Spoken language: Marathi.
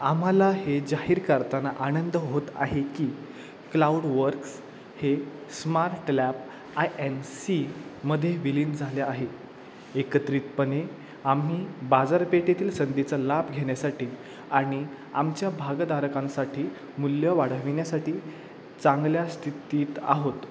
आम्हाला हे जाहीर करताना आनंद होत आहे की क्लाउडवर्क्स हे स्मार्ट लॅब आय एन सीमध्ये विलीन झाले आहे एकत्रितपणे आम्ही बाजारपेठेतील संधीचा लाभ घेण्यासाठी आणि आमच्या भागधारकांसाठी मूल्य वाढविण्यासाठी चांगल्या स्थितीत आहोत